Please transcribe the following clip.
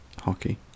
hockey